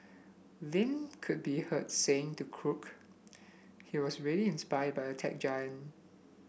Lin could be heard saying to Cook he was really inspired by the tech giant